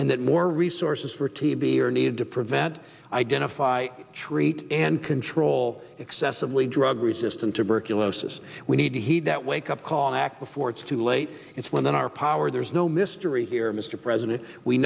and that more resources for tb are needed to prevent identify treat and control excessively drug resistant tuberculosis we need to heed that wake up call and act before it's too late it's within our power there's no mystery here mr president we